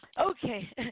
Okay